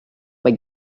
mae